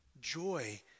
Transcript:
joy